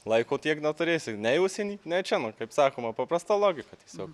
laiko tiek daug turėsi nei užsienį nei čia man kaip sakoma paprasta logika tiesiog